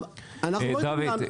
דוד,